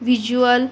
visual